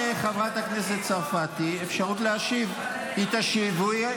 החרדים מאיימים לעזוב את הממשלה,